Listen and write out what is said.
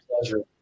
pleasure